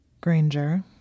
Granger